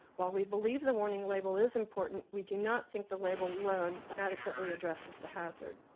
while we believe the warning label is important, we do not think the label alone adequately addresses the hazard.